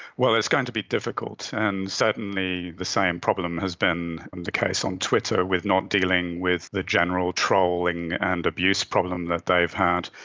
well, it's going to be difficult, and certainly the same problem has been and the case on twitter with not dealing with the general trolling and abuse problem that they've had.